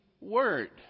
word